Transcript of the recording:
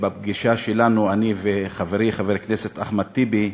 בפגישה שלנו, אני וחברי חבר הכנסת אחמד טיבי,